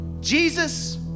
Jesus